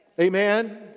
Amen